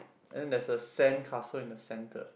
and there's a sandcastle in the center